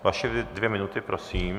Vaše dvě minuty, prosím.